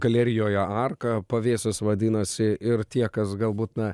galerijoje arka pavėsis vadinasi ir tie kas galbūt na